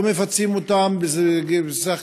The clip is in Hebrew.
או שיפצו אותם בסך